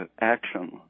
action